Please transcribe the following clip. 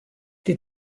die